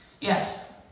Yes